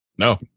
No